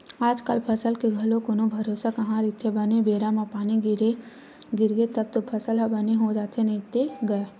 आजकल फसल के घलो कोनो भरोसा कहाँ रहिथे बने बेरा म पानी गिरगे तब तो फसल ह बने हो जाथे नइते गय